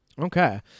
Okay